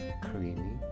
creamy